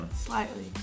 Slightly